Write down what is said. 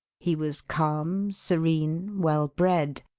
he was calm, serene, well-bred,